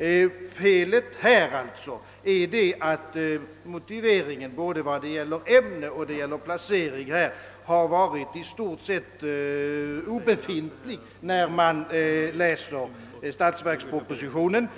i detta fall är att motiveringen beträffande både ämne och placering i stort sett är obefintlig i statsverkspropositionen.